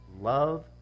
love